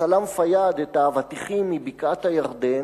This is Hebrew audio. סלאם פיאד את האבטיחים מבקעת-הירדן